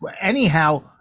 Anyhow